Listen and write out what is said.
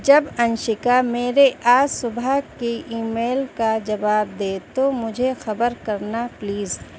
جب انشیکا میرے آج صبح کے ای میل کا جواب دے تو مجھے خبر کرنا پلیز